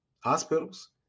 hospitals